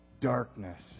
darkness